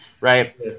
right